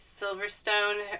Silverstone